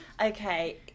okay